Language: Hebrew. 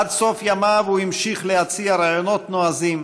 עד סוף ימיו הוא המשיך להציע רעיונות נועזים